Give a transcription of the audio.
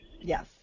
Yes